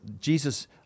Jesus